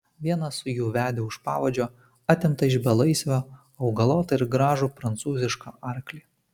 vienas jų vedė už pavadžio atimtą iš belaisvio augalotą ir gražų prancūzišką arklį